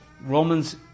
Romans